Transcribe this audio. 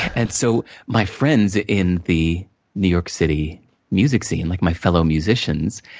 and so, my friends in the new york city music scene, like my fellow musicians,